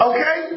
Okay